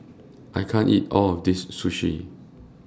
I can't eat All of This Sushi